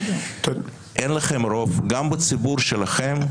כי אין לכם רוב גם בציבור שלכם.